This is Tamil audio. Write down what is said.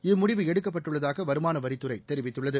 இம்முடிவு எடுக்கப்பட்டுள்ளதாக வருமான வரித்துறை தெரிவித்துள்ளது